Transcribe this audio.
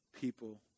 people